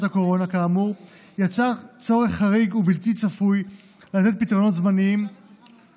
הקורונה כאמור יצר צורך חריג ובלתי צפוי לתת פתרונות זמניים